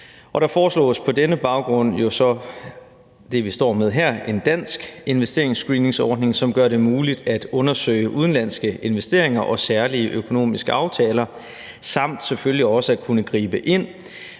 det, vi står med her, altså en dansk investeringsscreeningsordning, som gør det muligt at undersøge udenlandske investeringer og særlige økonomiske aftaler samt selvfølgelig